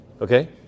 Okay